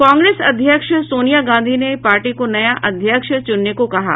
कांग्रेस अध्यक्ष सोनिया गांधी ने पार्टी को नया अध्यक्ष चुनने को कहा है